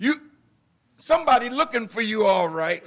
you somebody looking for you all right